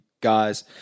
guys